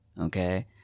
okay